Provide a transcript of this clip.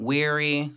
Weary